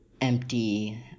empty